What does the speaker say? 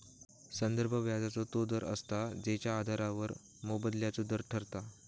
संदर्भ व्याजाचो तो दर असता जेच्या आधारावर मोबदल्याचो दर ठरता